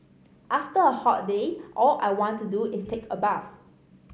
after a hot day all I want to do is take a bath